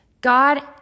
God